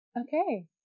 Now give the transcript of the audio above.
Okay